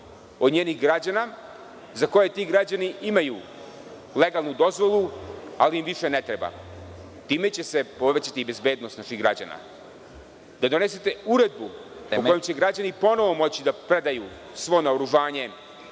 od njenih građana, za koje ti građani imaju legalnu dozvolu, ali im više ne treba. Time će se povećati i bezbednost naših građana. Da donesete uredbu…(Predsednik: Vreme.)…po kojoj će građani ponovo moći da predaju svo naoružanje